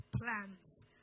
plans